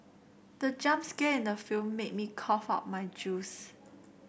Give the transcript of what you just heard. the jump scare in the film made me cough out my juice